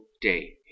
day